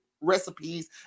recipes